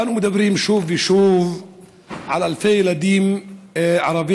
אנו מדברים שוב ושוב על אלפי ילדים ערבים